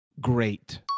Great